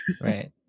Right